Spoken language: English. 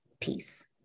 peace